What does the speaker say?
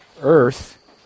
earth